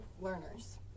learners